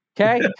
okay